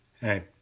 Hey